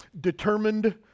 Determined